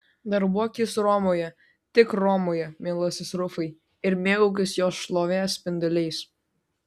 darbuokis romoje tik romoje mielasis rufai ir mėgaukis jos šlovės spinduliais